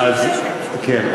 כן.